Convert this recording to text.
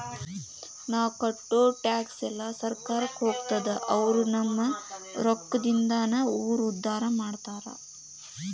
ನಾವ್ ಕಟ್ಟೋ ಟ್ಯಾಕ್ಸ್ ಎಲ್ಲಾ ಸರ್ಕಾರಕ್ಕ ಹೋಗ್ತದ ಅವ್ರು ನಮ್ ರೊಕ್ಕದಿಂದಾನ ಊರ್ ಉದ್ದಾರ ಮಾಡ್ತಾರಾ